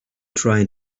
trying